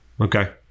Okay